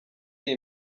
iri